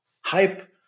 hype